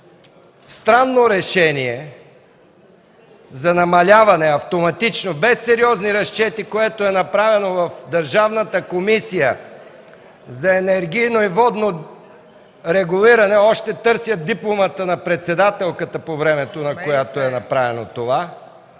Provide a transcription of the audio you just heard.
странно решение – за намаляване, автоматично, без сериозни разчети, е направено в Държавната комисия за енергийно и водно регулиране. Още търсят дипломата на председателката, по времето на която е направено това.